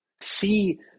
See